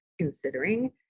considering